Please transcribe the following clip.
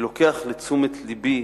אני לוקח לתשומת לבי